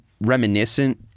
reminiscent